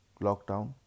lockdown